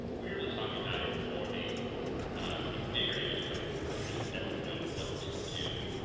what you're really talking about is more the the bigger image of like the person just doesn't know what to do,